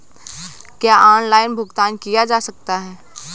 क्या ऑनलाइन भुगतान किया जा सकता है?